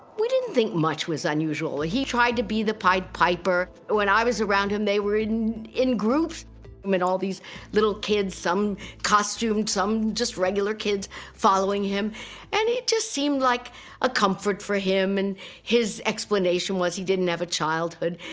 we didn't think much was unusual. ah he tried to be the pied piper when i was around him, they were hidden in groups i mean all these little kids some costumes some just regular kids following him and it just seemed like a comfort for him and his explanation was he didn't have a childhood?